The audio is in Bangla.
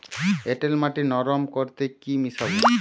এঁটেল মাটি নরম করতে কি মিশাব?